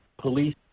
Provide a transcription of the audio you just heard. police